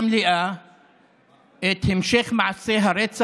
טוב ורע משמשים בערבוביה.